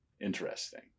Interesting